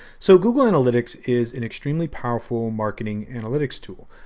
so, google analytics is an extremely powerful marketing analytics tool.